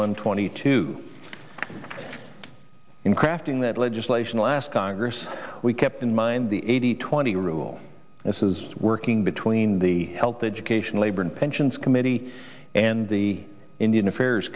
one twenty two in crafting that legislation last congress we kept in mind the eighty twenty rule as was working between the health education labor and pensions committee and the indian affairs